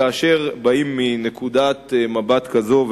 כאשר באים מנקודת מבט כזאת,